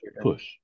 Push